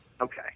okay